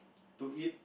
to eat